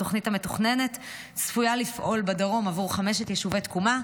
התוכנית המתוכננת צפויה לפעול בדרום עבור חמשת יישובי תקומה,